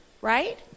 right